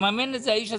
יממן את זה האיש הזה,